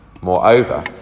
Moreover